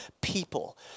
people